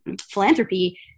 philanthropy